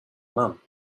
mum